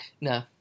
No